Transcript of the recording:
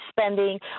spending